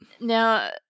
Now